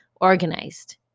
organized